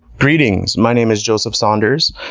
greetings. my name is joseph saunders.